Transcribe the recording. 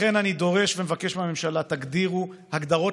לכן אני דורש ומבקש מהממשלה: תגדירו הגדרות